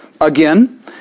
Again